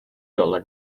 dollar